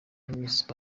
miss